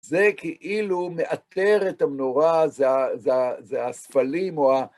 זה כאילו מאתר את המנורה, זה הספלים או ה...